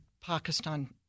Pakistan